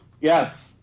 Yes